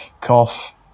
cough